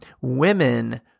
women